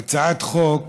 הייתה הצעת חוק